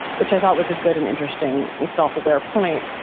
which i thought was a good and interesting self aware point.